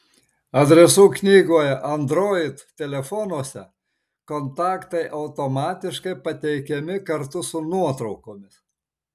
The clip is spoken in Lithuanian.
adresų knygoje android telefonuose kontaktai automatiškai pateikiami kartu su nuotraukomis